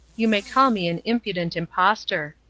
you may call me an impudent impostor.